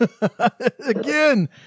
again